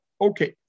Okay